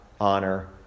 honor